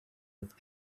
with